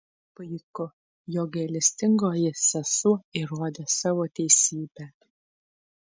puiku jog gailestingoji sesuo įrodė savo teisybę